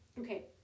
Okay